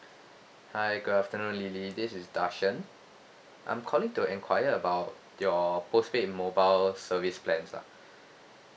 hi good afternoon lily this is darshan I'm calling to enquire about your postpaid mobile service plan ah